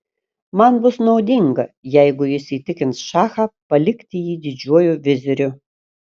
man bus naudinga jeigu jis įtikins šachą palikti jį didžiuoju viziriu